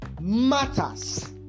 matters